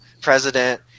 president